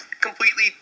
completely